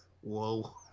whoa